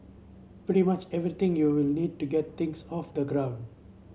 pretty much everything you will need to get things off the ground